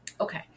Okay